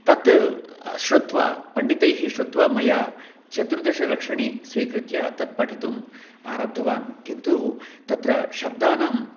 तत् श्रुत्वा पण्डितैः श्रुत्वा मया चतुर्दशलक्षणी स्वीकृत्य तत् पठितुम् आरब्धवान् किन्तु तत्र शब्दानां